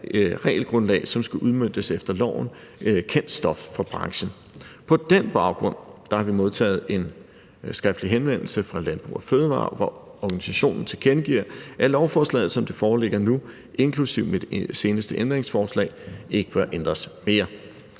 regelgrundlag, som skal udmøntes efter loven, kendt stof for branchen. På den baggrund har vi modtaget en skriftlig henvendelse fra Landbrug & Fødevarer, hvor organisationen tilkendegiver, at lovforslaget, som det foreligger nu, inklusive med det seneste ændringsforslag, ikke bør ændres mere.